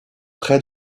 près